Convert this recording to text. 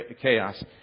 Chaos